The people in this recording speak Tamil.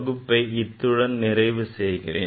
வகுப்பை இத்துடன் நிறைவு செய்கிறேன்